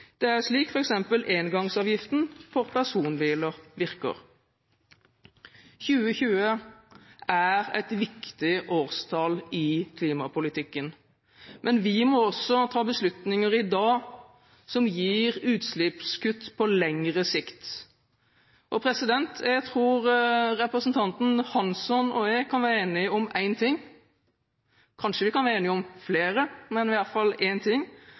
Det er slik f.eks. engangsavgiften for personbiler virker. 2020 er et viktig årstall i klimapolitikken. Men vi må også ta beslutninger i dag som gir utslippskutt på lengre sikt. Jeg tror representanten Hansson og jeg kan være enige om i hvert fall én ting – kanskje vi kan være enige om flere